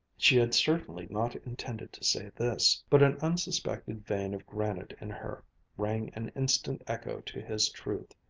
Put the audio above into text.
she had certainly not intended to say this. but an unsuspected vein of granite in her rang an instant echo to his truth.